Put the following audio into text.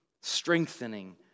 strengthening